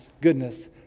goodness